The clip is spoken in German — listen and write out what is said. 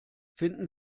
finden